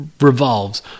revolves